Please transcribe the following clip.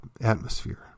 atmosphere